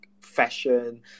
fashion